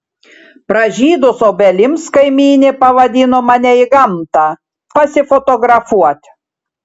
pražydus obelims kaimynė pavadino mane į gamtą pasifotografuot